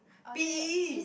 P_E